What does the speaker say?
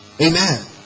amen